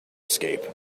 escape